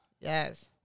Yes